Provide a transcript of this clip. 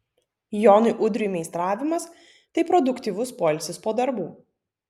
jonui udriui meistravimas tai produktyvus poilsis po darbų